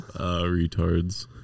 Retards